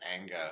anger